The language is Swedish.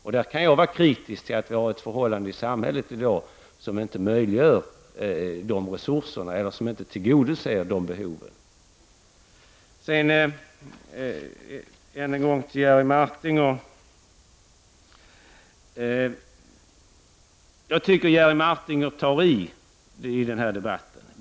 Jag kan vara kritisk till att förhållandet i samhället i dag är sådant att de resurserna inte finns och att de behoven inte tillgodoses. Jag tycker att Jerry Martinger tar i.